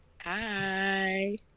Hi